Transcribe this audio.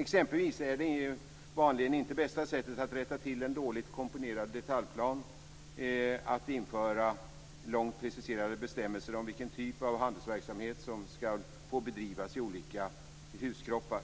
Exempelvis är det vanligen inte bästa sättet att rätta till en dåligt komponerad detaljplan att införa långt preciserade bestämmelser om vilken typ av handelsverksamhet som skall få bedrivas i olika huskroppar.